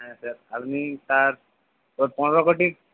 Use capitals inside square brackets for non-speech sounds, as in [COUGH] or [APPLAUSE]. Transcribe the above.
হ্যাঁ স্যার আপনি [UNINTELLIGIBLE] ওর পনেরো কোটি